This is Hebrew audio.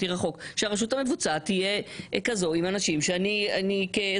מתיר החוק - כזו עם אנשים שאני כאזרח